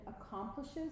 accomplishes